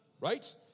Right